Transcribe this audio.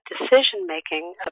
decision-making